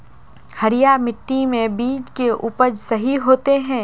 हरिया मिट्टी में बीज के उपज सही होते है?